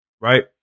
Right